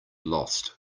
lost